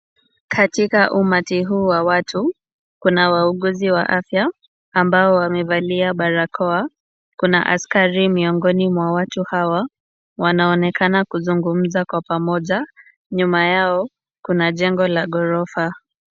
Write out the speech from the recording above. Katika umati huu wa watu, kuna wauguzi wa afya ambao wamevalia barakoa. Kuna askari miongoni mwa watu hawa. Wanaonekana kuzungumza kwa pamoja. Nyuma yao kuna jengo la ghorofa.